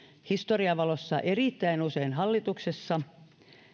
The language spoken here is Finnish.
historian valossa erittäin usein hallituksessa